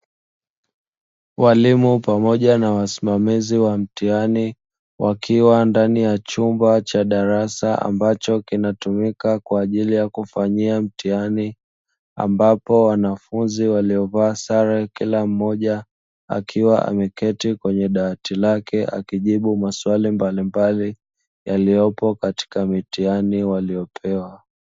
Walimu pamoja na wasimamizi wa mtihani wakiwa ndani ya chumba cha darasa ambacho kinatumika kwa ajili ya kufanyia mtihani, ambapo wanafunzi waliovaa sare kila mmoja akiwa ameketi kwenye dawati lake akijibu maswali mbalimbali yaliopo katika mtihani waliopewa.